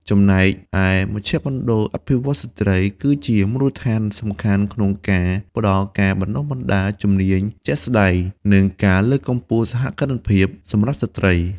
ចំណែកឯ មជ្ឈមណ្ឌលអភិវឌ្ឍន៍ស្ត្រី គឺជាមូលដ្ឋានសំខាន់ក្នុងការផ្តល់ការបណ្តុះបណ្តាលជំនាញជាក់ស្តែង និងការលើកកម្ពស់សហគ្រិនភាពសម្រាប់ស្ត្រី។